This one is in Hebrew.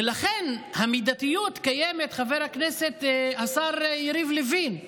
ולכן, המידתיות קיימת, חבר הכנסת השר יריב לוין.